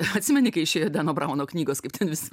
atsimeni kai išėjo deno brauno knygos kaip ten visi